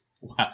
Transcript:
Wow